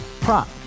Prop